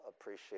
appreciate